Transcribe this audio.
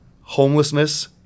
homelessness